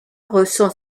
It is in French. ressent